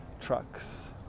trucks